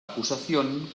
acusación